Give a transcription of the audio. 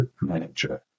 manager